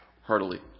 heartily